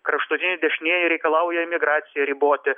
kraštutiniai dešinieji reikalauja imigraciją riboti